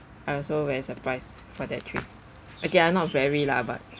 I also very surprised for that trip okay lah not very lah but